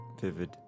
vivid